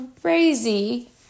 crazy